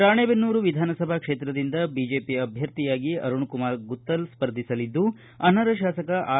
ರಾಣೆದೆನ್ನೂರು ವಿಧಾನಸಭಾ ಕ್ಷೇತ್ರದಿಂದ ಬಿಜೆಪಿ ಅಭ್ಯರ್ಥಿಯಾಗಿ ಅರುಣ್ ಕುಮಾರ್ ಗುತ್ತಲ್ ಸ್ಪರ್ಧಿಸಲಿದ್ದು ಅನರ್ಹ ಶಾಸಕ ಆರ್